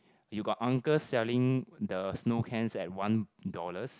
you got uncles selling the snow cans at one dollars